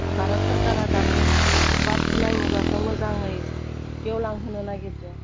भारत सरकारा दानि बारफुनाय मुगाखो मोजाङै गेवलांहोनो नायगिरदो